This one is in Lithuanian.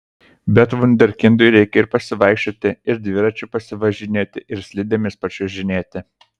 bet vunderkindui reikia ir pasivaikščioti ir dviračiu pasivažinėti ir slidėmis pačiuožinėti